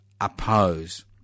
oppose